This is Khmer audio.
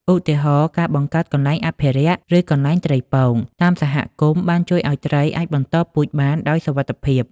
ឧទាហរណ៍ ការបង្កើត "កន្លែងអភិរក្ស" ឬ "កន្លែងត្រីពង" តាមសហគមន៍ បានជួយឲ្យត្រីអាចបន្តពូជបានដោយសុវត្ថិភាព។